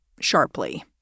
sharply